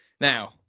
Now